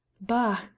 bah